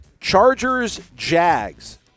Chargers-Jags